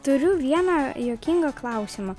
turiu vieną juokingą klausimą